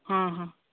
ହଁ ହଁ